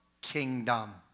kingdom